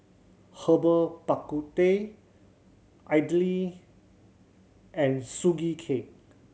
Herbal Bak Ku Teh idly and Sugee Cake